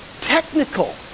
technical